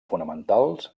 fonamentals